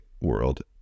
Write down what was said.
world